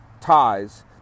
ties